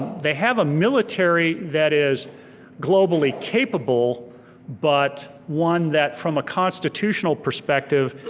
they have a military that is globally capable but one that, from a constitutional perspective,